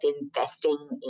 investing